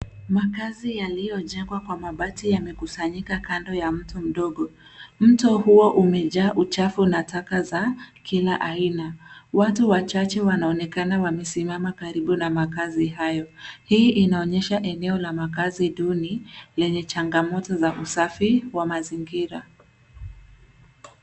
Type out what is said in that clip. Makazi yaliyojengwa kwa mabati yamekusanyika kando ya mto mdogo. Mto huo umejaa uchafu na taka za kila aina. Watu wachache wanaonekana wamesimama karibu na makazi hayo. Hii inaonyesha eneo la makazi duni lenye changamoto za usafi wa mazingira.